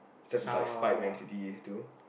just to like spite man-city too